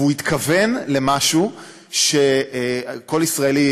והוא התכוון למשהו שכל ישראלי,